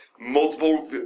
multiple